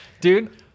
dude